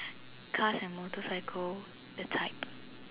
cars and motorcycles the type